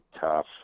tough